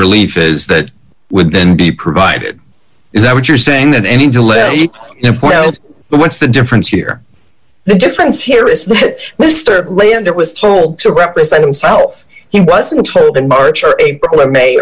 relief is that would then be provided is that what you're saying that any dilemma what's the difference here the difference here is that mr landor was told to represent himself he wasn't told in march or april or may